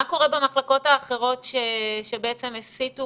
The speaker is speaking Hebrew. מה קורה במחלקות האחרות שבעצם הסיטו